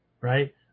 right